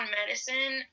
medicine